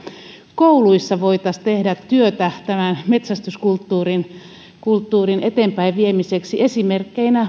kouluissa voitaisiin tehdä työtä metsästyskulttuurin eteenpäinviemiseksi esimerkkeinä